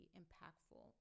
impactful